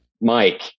Mike